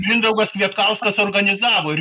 mindaugas kvietkauskas organizavo ir